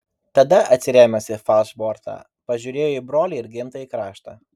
tada atsirėmęs į falšbortą pažiūrėjo į brolį ir gimtąjį kraštą